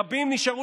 רבים נשארו,